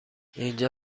اینجا